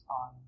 on